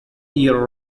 year